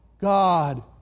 God